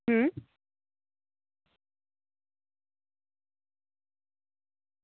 હમ